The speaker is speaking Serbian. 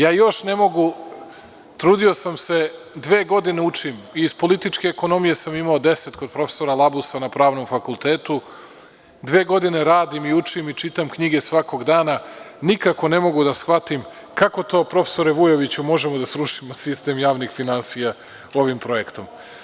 Još ne mogu, trudio sam se, dve godine učim, iz političke ekonomije sam imao 10 kod profesora Labusa na Pravnom fakultetu, dve godine radim, učim i čitam knjige svakog dana, nikako ne mogu da shvatim, kako to profesore Vujoviću možemo da srušimo sistem javnim finansija ovim projektom?